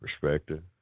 perspective